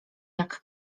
jak